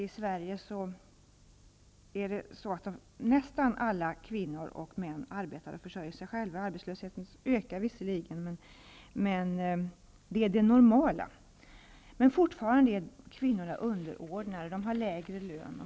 I Sverige arbetar nästan alla kvinnor och män och försörjer sig själva -- arbetslösheten ökar visserligen, men det är det normala -- men fortfarande är kvinnorna underordnade och har lägre lön.